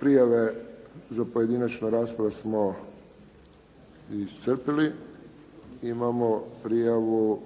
Prijave za pojedinačnu raspravu smo iscrpili. Imamo prijavu